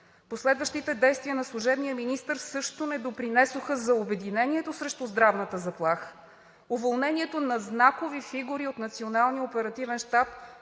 Последващите действия на служебния министър също не допринесоха за обединението срещу здравната заплаха. Уволнението на знакови фигури от Националния оперативен щаб,